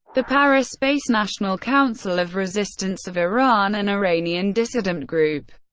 the paris-based national council of resistance of iran, an iranian dissident group,